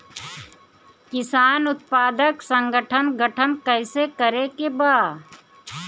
किसान उत्पादक संगठन गठन कैसे करके बा?